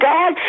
God